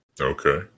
Okay